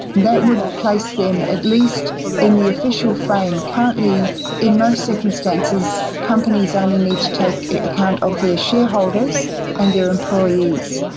that would place them at least in the official frame, currently in most circumstances companies only need to take account of their shareholders and their employees,